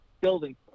building